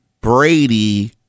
Brady